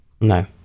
no